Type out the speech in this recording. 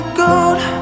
gold